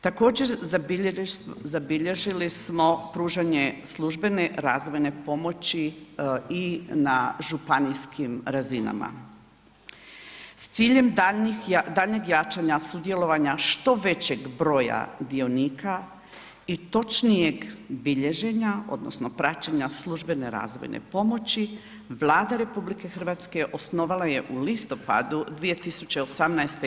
Također zabilježili smo pružanje službene razvojne pomoći i na županijskim razinama s ciljem jačeg jačanja sudjelovanja što većeg broja dionika i točnijeg bilježenja odnosno praćenja službene razvojne pomoći, Vlada RH osnovala je u listopadu 2018.